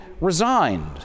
resigned